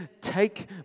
take